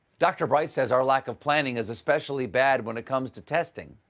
dr. bright says our lack of planning is especially bad when it comes to testing.